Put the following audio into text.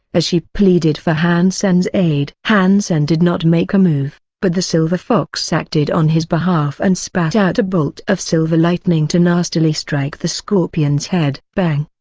as she pleaded for han sen's aid. han sen did not make a move, but the silver fox acted on his behalf and spat out a bolt of silver lightning to nastily strike the scorpion's head. pang!